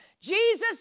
Jesus